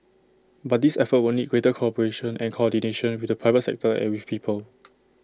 but this effort will need greater cooperation and coordination with the private sector and with people